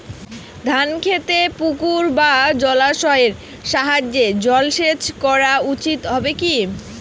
ধান খেতে পুকুর বা জলাশয়ের সাহায্যে জলসেচ করা উচিৎ হবে কি?